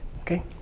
okay